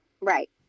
right